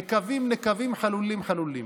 נקבים נקבים, חלולים חלולים.